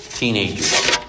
Teenagers